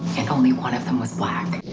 and only one of them was black.